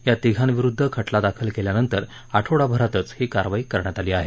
या तिघांविरुद्ध खटला दाखल केल्यानंतर आठवडाभरात ही कारवाई करण्यात आली आहे